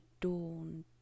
dawn